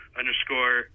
underscore